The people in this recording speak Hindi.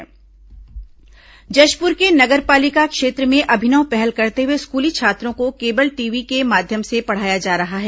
जशपुर नवाचार जशपुर के नगर पालिका क्षेत्र में अभिनव पहल करते हुए स्कूली छात्रों को केबल टीवी के माध्यम से पढ़ाया जा रहा है